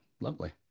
lovely